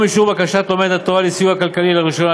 אישור בקשת לומד התורה לסיוע כלכלי לראשונה.